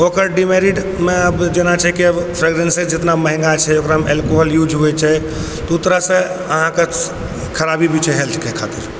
ओकर डिमेरिड मे आब जेना छै की आब फ्रेगरेन्सेस जितना महँगा छै ओकरा मे अल्कोहल यूज़ होइ छै ओ ओन तरह से अहाँके खराबी भी छै हेल्थ के खातिर